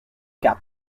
quatre